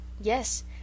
Yes